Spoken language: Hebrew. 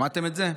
שמעתם את זה?